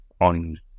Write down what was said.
on